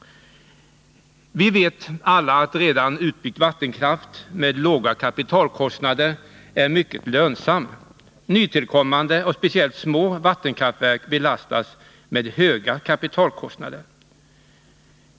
Vi vet alla att redan utbyggd vattenkraft med låga kapitalkostnader är mycket lönsam. Nytillkommande och speciellt små vattenkraftverk belastas med höga kapitalkostnader.